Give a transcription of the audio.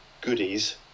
goodies